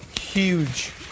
huge